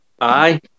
Aye